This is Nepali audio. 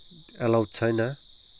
एलाउड छैन